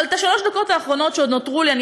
אבל את שלוש הדקות האחרונות שעוד נותרו לי אני